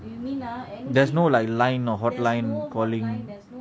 there's no like line or hotline calling